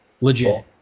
Legit